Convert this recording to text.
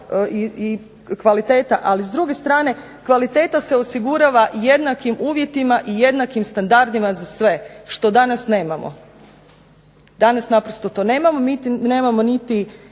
i kvaliteta, ali s druge strane kvaliteta se osigurava jednakim uvjetima i jednakim standardima za sve što danas nemamo. Danas naprosto to nemamo. Mi nemamo niti